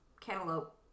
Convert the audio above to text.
cantaloupe